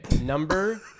Number